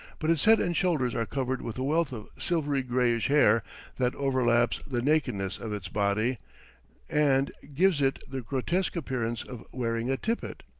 but its head and shoulders are covered with a wealth of silvery-grayish hair that overlaps the nakedness of its body and gives it the grotesque appearance of wearing a tippet.